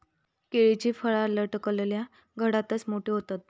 केळीची फळा लटकलल्या घडातच मोठी होतत